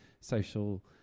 social